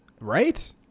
right